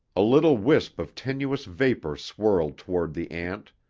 a little wisp of tenuous vapor swirled toward the ant,